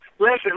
Listen